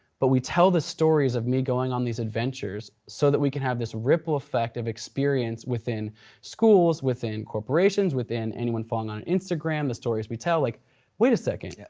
but we tell the stories of me going on these adventures so that we can have this ripple effect of experience within schools, within corporations, within anyone following on instagram, the stories we tell. like wait a second, yeah